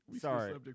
sorry